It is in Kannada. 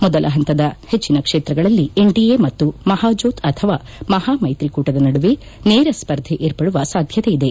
ಮೊದಲ ಹಂತದ ಹೆಚ್ಚಿನ ಕ್ಷೇತ್ರಗಳಲ್ಲಿ ಎನ್ಡಿಎ ಮತ್ತು ಮಹಾಜೋತ್ ಅಥವಾ ಮಹಾಮೈತ್ರಿಕೂಟದ ನಡುವೆ ನೇರ ಸ್ಪರ್ಧೆ ಏರ್ಪಡುವ ಸಾಧ್ಯತೆ ಇದೆ